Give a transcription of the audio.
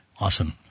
Awesome